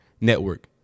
network